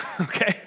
Okay